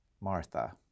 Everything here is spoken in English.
Martha